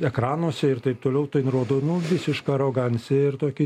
ekranuose ir taip toliau tai nu rodo visišką arogancija ir tokį